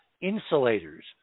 insulators